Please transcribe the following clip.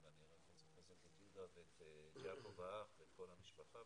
אבל אני רוצה לחזק את יהודה ואת יעקב האח ואת כל המשפחה,